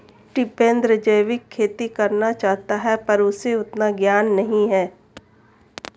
टिपेंद्र जैविक खेती करना चाहता है पर उसे उतना ज्ञान नही है